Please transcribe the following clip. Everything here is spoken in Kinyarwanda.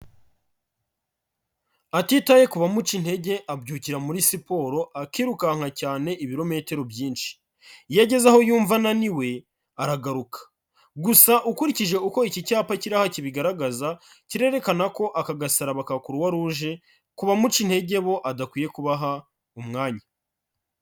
Atitaye ku bamuca intege abyukira muri siporo akirukanka cyane ibirometero byinshi. Iyo ageze aho yumva ananiwe aragaruka gusa ukurikije uko iki cyapa kiri aha kibigaragaza, kirerekana ko aka gasaraba ka Croix rouge, ku bamuca intege bo adakwiye kubaha umwanya.